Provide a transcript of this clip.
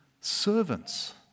servants